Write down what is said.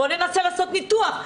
בוא ננסה לעשות ניתוח,